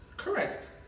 Correct